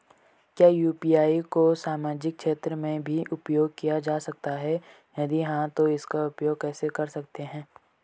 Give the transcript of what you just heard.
क्या यु.पी.आई को सामाजिक क्षेत्र में भी उपयोग किया जा सकता है यदि हाँ तो इसका उपयोग कैसे कर सकते हैं?